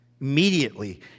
Immediately